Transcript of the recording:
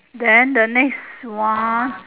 then the next one